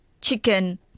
chicken